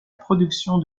production